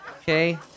okay